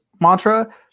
mantra